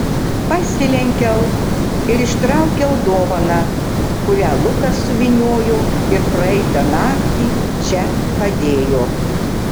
pasilenkiau ir ištraukiau dovaną kurią lukas suvyniojo ir praeitą naktį čia padėjo